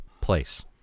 place